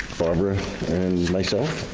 barbara and myself?